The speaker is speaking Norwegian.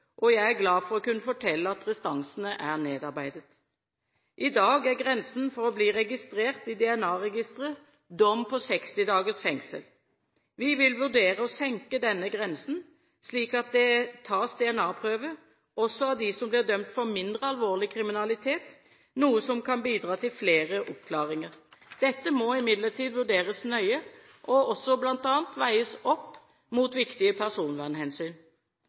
og jeg er glad for å kunne fortelle at restansene er nedarbeidet. I dag er grensen for å bli registrert i DNA-registeret dom på 60 dagers fengsel. Vi vil vurdere å senke denne grensen, slik at det tas DNA-prøve også av dem som blir dømt for mindre alvorlig kriminalitet, noe som kan bidra til flere oppklaringer. Dette må imidlertid vurderes nøye og bl.a. veies opp mot viktige personvernhensyn.